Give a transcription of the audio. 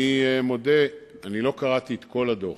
אני מודה, לא קראתי את כל הדוח.